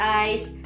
eyes